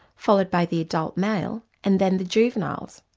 followed by the adult male and then the juveniles.